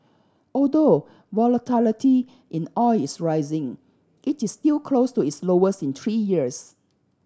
although volatility in oil is rising it is still close to its lowest in three years